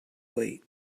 late